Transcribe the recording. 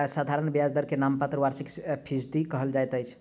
साधारण ब्याज दर के नाममात्र वार्षिक फीसदी दर कहल जाइत अछि